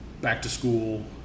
back-to-school